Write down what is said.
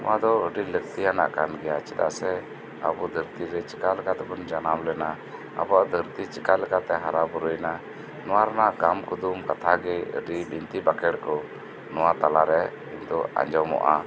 ᱱᱚᱣᱟ ᱫᱚ ᱟᱹᱰᱤ ᱞᱟᱹᱠᱛᱤᱭᱟᱱᱟᱜ ᱠᱟᱱᱜᱮᱭᱟ ᱪᱮᱫᱟᱜ ᱥᱮ ᱟᱵᱩ ᱫᱷᱟᱹᱨᱛᱤ ᱨᱮ ᱪᱮᱠᱟ ᱞᱮᱠᱟᱛᱮᱵᱩᱱ ᱡᱟᱱᱟᱢ ᱞᱮᱱᱟ ᱟᱵᱩᱣᱟᱜ ᱫᱷᱟᱹᱨᱛᱤ ᱪᱮᱠᱟ ᱞᱮᱠᱟᱛᱮ ᱦᱟᱨᱟ ᱵᱩᱨᱩᱭᱮᱱᱟ ᱱᱚᱣᱟ ᱨᱮᱱᱟᱜ ᱜᱟᱢ ᱠᱩᱫᱩᱢ ᱠᱟᱛᱷᱟᱜᱤ ᱟᱹᱰᱤ ᱵᱤᱱᱛᱤ ᱵᱟᱠᱷᱮᱲᱠᱩ ᱱᱚᱣᱟ ᱛᱟᱞᱟᱨᱮ ᱫᱚ ᱟᱸᱡᱚᱢᱜᱚᱼᱟ